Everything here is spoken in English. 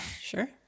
Sure